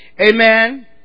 Amen